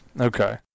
Okay